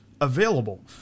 available